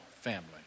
family